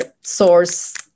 source